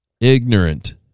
ignorant